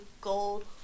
gold